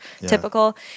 typical